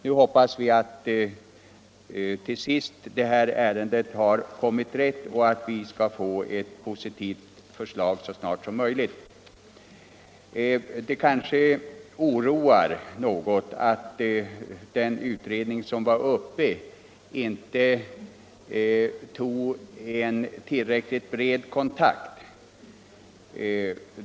Nu hoppas vi att ärendet till sist har kommit rätt och att vi så småningom skall få ett positivt förslag. Det oroar kanske något att den nuvarande utredningen, när den var på besök i området, inte tog en tillräckligt bred kontakt.